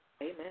Amen